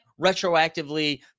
retroactively